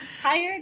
tired